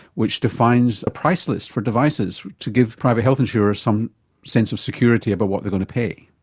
which defines a price list for devices to give private health insurers some sense of security about what they're going to pay.